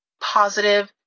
positive